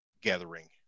gathering